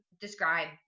describe